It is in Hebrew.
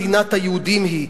מדינת היהודים היא,